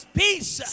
peace